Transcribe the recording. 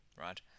Right